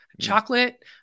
chocolate